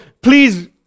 please